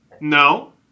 No